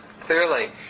clearly